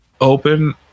open